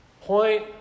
Point